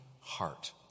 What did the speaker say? heart